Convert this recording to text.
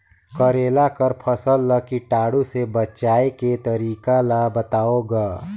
करेला कर फसल ल कीटाणु से बचाय के तरीका ला बताव ग?